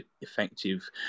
effective